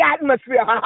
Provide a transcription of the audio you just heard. atmosphere